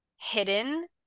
hidden